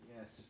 Yes